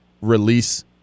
release –